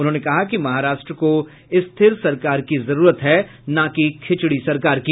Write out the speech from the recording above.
उन्होंने कहा कि महाराष्ट्र को स्थिर सरकार की जरूरत है न कि खिचड़ी सरकार की